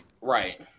Right